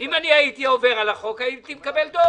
אם אני הייתי עובר על החוק, הייתי מקבל דוח.